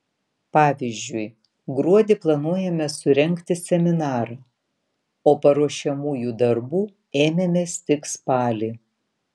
pavyzdžiui gruodį planuojame surengti seminarą o paruošiamųjų darbų ėmėmės tik spalį